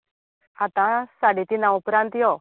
आतां साडे तीना उपरांत यो